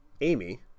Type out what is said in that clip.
Amy